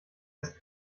erst